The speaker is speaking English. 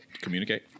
communicate